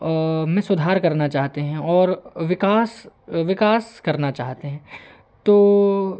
और उनमें सुधार करना चाहते हैं और अ विकास विकास करना चाहते हैं तो